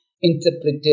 interpreted